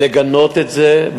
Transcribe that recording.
ולגנות את זה,